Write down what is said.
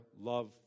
love